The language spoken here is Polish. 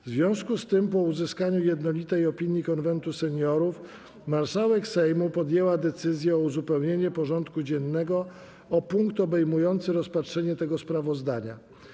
W związku z tym, po uzyskaniu jednolitej opinii Konwentu Seniorów, marszałek Sejmu podjęła decyzję o uzupełnieniu porządku dziennego o punkt obejmujący rozpatrzenie tego sprawozdania.